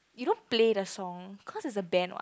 you don't play the song cause it's a band what